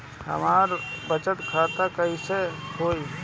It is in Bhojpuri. हम बचत खाता कईसे खोली?